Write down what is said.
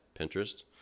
pinterest